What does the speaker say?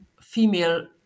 female